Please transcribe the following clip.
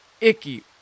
icky